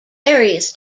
various